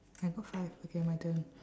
I got five okay my turn